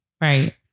Right